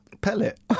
pellet